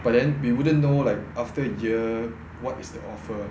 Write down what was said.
but then we wouldn't know like after year what is the offer